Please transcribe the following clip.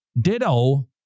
Ditto